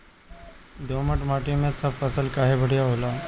दोमट माटी मै सब फसल काहे बढ़िया होला?